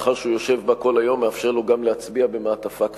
מאחר שהוא יושב בה כל היום הוא מאפשר לו גם להצביע במעטפה כפולה.